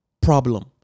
problem